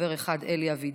חבר אחד: אלי אבידר,